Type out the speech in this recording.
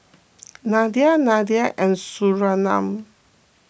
Nadia Nadia and Surinam